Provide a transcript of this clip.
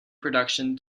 production